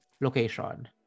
location